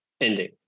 Ending